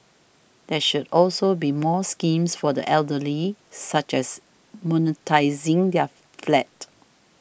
there should also be more schemes for the elderly such as monetising their flat